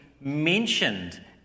mentioned